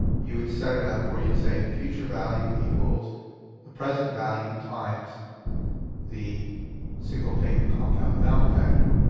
you would set it up where you'd say the future value equals the present value times the single payment compound amount factor.